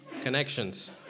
connections